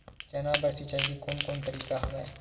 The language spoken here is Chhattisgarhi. चना बर सिंचाई के कोन कोन तरीका हवय?